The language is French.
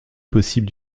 possible